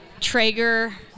Traeger